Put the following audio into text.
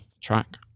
track